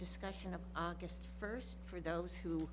discussion on august first for those who